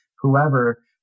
whoever